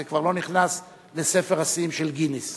זה כבר לא נכנס לספר השיאים של גינס,